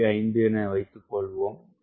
5 என வைத்துக்கொள்வோம்